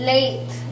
Late